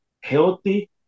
healthy